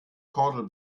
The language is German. kordel